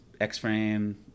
X-Frame